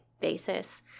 basis